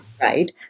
Right